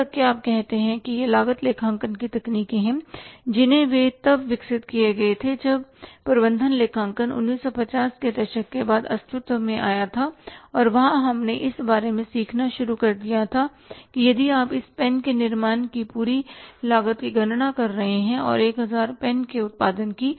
यहां तक कि आप कहते हैं कि ये लागत लेखांकन की तकनीकें हैं जिन्हें वे तब विकसित किए गए हैं जब प्रबंधन लेखांकन 1950 के दशक के बाद अस्तित्व में आया था और वहां हमने इस बारे में सीखना शुरू कर दिया था कि यदि आप इस पैन के निर्माण की पूरी लागत की गणना कर रहे हैं और 1000 पेन के उत्पादन के